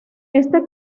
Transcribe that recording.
este